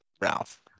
Ralph